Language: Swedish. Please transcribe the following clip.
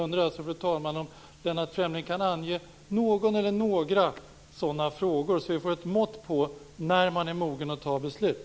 Kan Lennart Fremling ange någon eller några sådana frågor, så att vi får ett mått på när Folkpartiet är moget att fatta beslut?